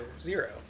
zero